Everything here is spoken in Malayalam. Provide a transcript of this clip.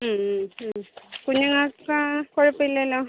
ഉം ഉം ഉം കുഞ്ഞുങ്ങൾക്ക് കുഴപ്പമില്ലല്ലോ